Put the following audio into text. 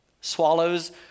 Swallows